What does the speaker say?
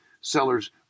sellers